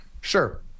sure